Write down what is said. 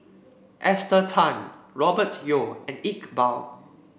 Esther Tan Robert Yeo and Iqbal